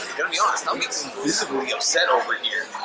going to be honest, i'm getting visibly upset over here,